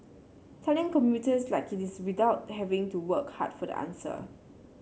telling commuters like it is without having to work hard for the answer